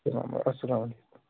اسلام اسلام علیکُم